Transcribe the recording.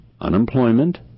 Unemployment